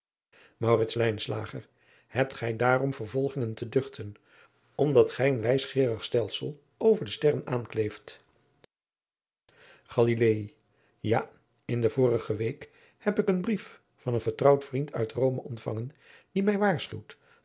hebt gij daarom vervolgingen te duchten omdat gij een wijsgeerig stelsel over de sterren aankleeft galilaei ja in de vorige week heb ik een brief van een vertrouwd vriend uit rome ontvangen die mij waarschuwt